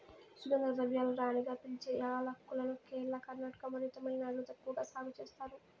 సుగంధ ద్రవ్యాల రాణిగా పిలిచే యాలక్కులను కేరళ, కర్ణాటక మరియు తమిళనాడులో ఎక్కువగా సాగు చేస్తారు